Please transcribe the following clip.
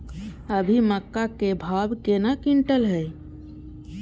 अभी मक्का के भाव केना क्विंटल हय?